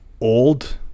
old